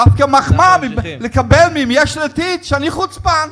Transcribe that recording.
דווקא מחמאה, לשמוע מיש עתיד שאני חוצפן.